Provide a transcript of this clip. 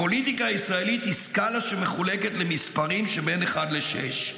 הפוליטיקה הישראלית היא סקאלה שמחולקת למספרים שבין אחד לשש.